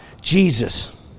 Jesus